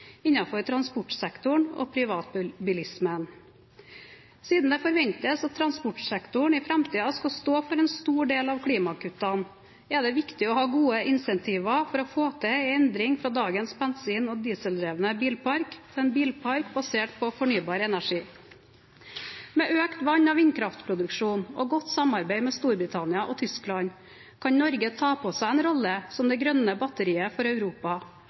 innenfor transportsektoren og privatbilismen. Siden det forventes at transportsektoren i framtiden skal stå for en stor del av klimakuttene, er det viktig å ha gode incentiver for å få til en endring fra dagens bensin- og dieseldrevne bilpark til en bilpark basert på fornybar energi. Med økt vann- og vindkraftproduksjon og godt samarbeid med Storbritannia og Tyskland kan Norge ta på seg en rolle som det grønne batteriet for Europa